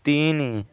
ତିନି